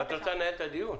את רוצה לנהל את הדיון?